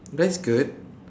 that's good